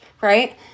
Right